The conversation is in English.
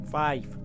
five